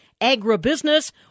agribusiness